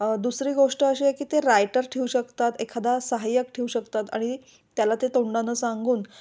दुसरी गोष्ट अशी आहे की ते रायटर ठेऊ शकतात एखादा साहाय्यक ठेऊ शकतात आणि त्याला ते तोंडानं सांगून